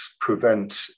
prevent